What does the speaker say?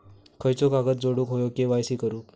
खयचो कागद जोडुक होयो के.वाय.सी करूक?